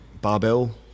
barbell